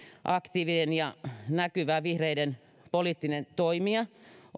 aktiivinen ja näkyvä vihreiden poliittinen toimija